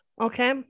Okay